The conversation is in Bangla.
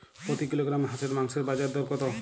প্রতি কিলোগ্রাম হাঁসের মাংসের বাজার দর কত?